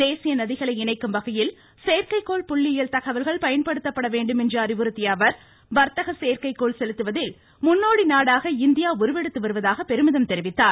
தேசிய நதிகளை இணைக்கும் வகையில் செயற்கைகோள் புள்ளியியல் தகவல்கள் பயன்படுத்தப்பட வேண்டும் என்று அறிவுறுத்திய அவர் வர்த்தக செயற்கை கோள் செலுத்துவதில் முன்னோடி நாடாக இந்தியா உருவெடுத்து வருவதாக பெருமிதம் தெரிவித்தார்